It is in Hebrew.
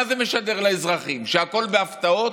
מה זה משדר לאזרחים, שהכול בהפתעות?